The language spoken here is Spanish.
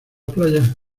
playa